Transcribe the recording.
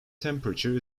temperature